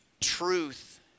truth